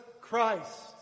Christ